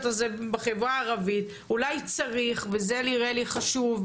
הזה בחברה הערבית אולי צריך וזה נראה לי חשוב,